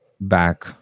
back